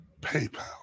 PayPal